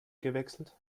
gewechselt